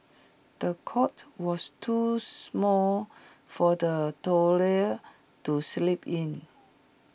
the cot was too small for the toddler to sleep in